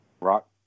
Rock